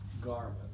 garment